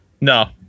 no